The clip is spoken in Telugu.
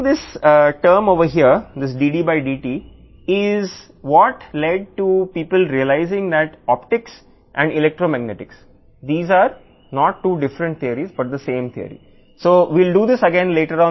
ఈ పదాన్ని ఇక్కడ జోడిస్తే dDdt అనేది ఆప్టిక్స్ మరియు ఎలక్ట్రోమాగ్నెటిక్స్ అని మీరు గ్రహించడానికి దారితీసింది ఇవి రెండు వేర్వేరు సిద్ధాంతాలు కాదు ఒకే సిద్ధాంతం